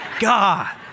God